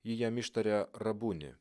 ji jam ištaria rabuni